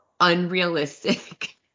unrealistic